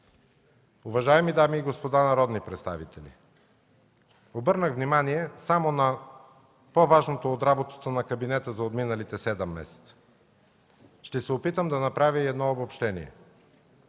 Уважаеми дами и господа народни представители, обърнах внимание само на по-важното от работата на кабинета за отминалите седем месеца. Ще се опитам да направя и едно обобщение.